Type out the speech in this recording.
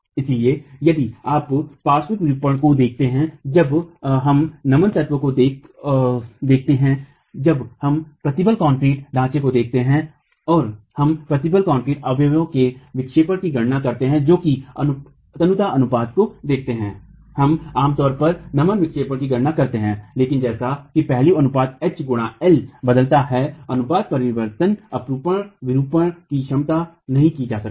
इसलिए यदि आप पार्श्व विरूपण को देखते हैं जब हम नमन तत्वों को देखते हैं जब हम प्रबलित कंक्रीट ढांचेफ्रेम को देखते हैं और हम प्रबलित कंक्रीट अवयवों में विक्षेपण की गणना करते हैंजो कि अनुता अनुपात को देखते हैं हम आम तौर पर नमन विक्षेपण की गणना करते हैं लेकिन जैसा कि पहलू अनुपात H गुणा L बदलता है अनुपात परिवर्तन अपरूपण विरूपणता की उपेक्षा नहीं की जा सकती